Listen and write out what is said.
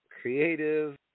creative